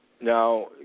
Now